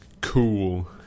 cool